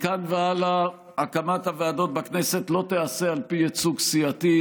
מכאן והלאה הקמת הוועדות בכנסת לא תיעשה על פי ייצוג סיעתי,